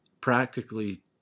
practically